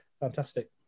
fantastic